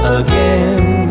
again